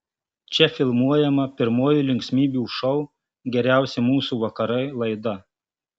čia filmuojama pirmoji linksmybių šou geriausi mūsų vakarai laida